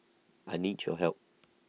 I need your help